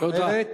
תודה.